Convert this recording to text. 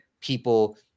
people